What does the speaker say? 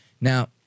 Now